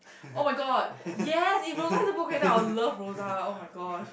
[oh]-my-god yes if Rosa is a book character I'll love Rosa [oh]-my-gosh